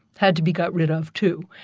had to be got rid of too.